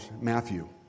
Matthew